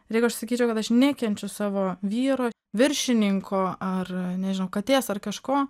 lyg aš sakyčiau kad aš nekenčiu savo vyro viršininko ar nežinau katės ar kažko